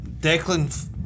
Declan